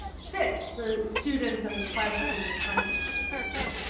fit the students and the classroom and the context that they're in.